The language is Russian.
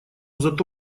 зато